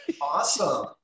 Awesome